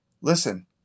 Listen